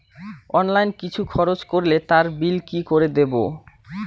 Online কিছু খরচ করলে তার বিল কি করে দেবো?